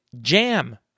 jam